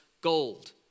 gold